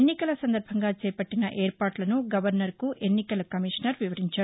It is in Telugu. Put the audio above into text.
ఎన్నికల సందర్బంగా చేపట్టిన ఏర్పాట్లను గవర్నర్కు ఎన్నికల కమీషనర్ వివరించారు